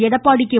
Edappadi K